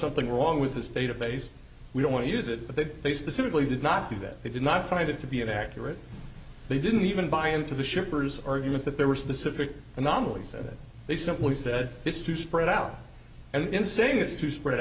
something wrong with this database we don't want to use it but they they specifically did not do that they did not find it to be an accurate they didn't even buy into the shippers argument that there were specific anomalies that they simply said this to spread out and in saying this to spread